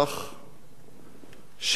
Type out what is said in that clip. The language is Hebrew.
שלא היה יום